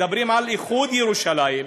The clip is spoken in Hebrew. מדברים על איחוד ירושלים,